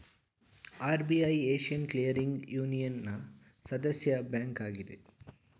RBI Asian clearing ಯೂನಿಯನ್ನ ಸದಸ್ಯ bank ಆಗಿದೆ